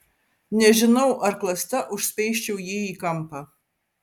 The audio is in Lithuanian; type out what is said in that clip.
nežinau ar klasta užspeisčiau jį į kampą